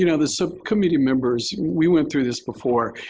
you know the subcommittee members, we went through this before,